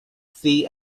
see